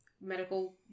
medical